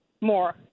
more